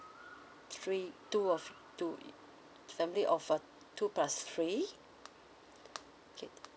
three two of two family of uh two plus three okay